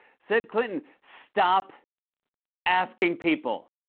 said clinton, stop asking people.